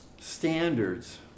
standards